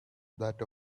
that